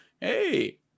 Hey